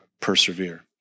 persevere